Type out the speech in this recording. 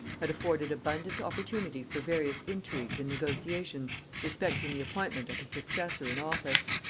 had afforded abundant opportunity for various intrigues and negotiations respecting the appointment of his successor in office.